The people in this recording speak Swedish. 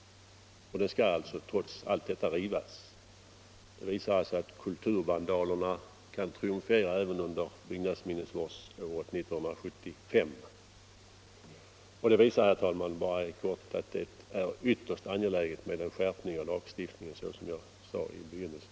Den skall alltså trots detta rivas. Det visar att kulturvandalerna kan triumfera även under byggnadsvårdsåret 1975. Detta markerar, herr talman, att det är ytterst angeläget med en skärpning av lagstiftningen såsom jag sade i början av mitt anförande.